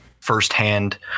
firsthand